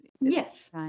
yes